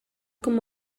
com